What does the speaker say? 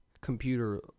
computer